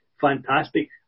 fantastic